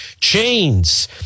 chains